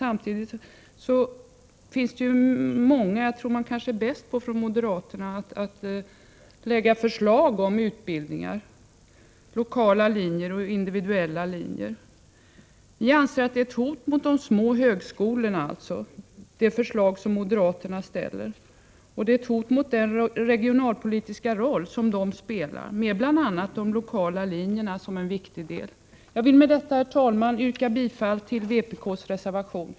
Samtidigt är ju moderaterna kanske ivrigast när det gäller att lägga fram förslag om utbildningar i form av lokala och individuella linjer. Vi anser att moderaternas förslag är ett hot mot de små högskolorna och mot dessas regionalpolitiska roll, där bl.a. de lokala linjerna har stor betydelse. Med detta, herr talman, yrkar jag bifall till vpk:s reservation.